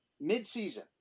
mid-season